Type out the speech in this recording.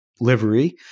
livery